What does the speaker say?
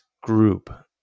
group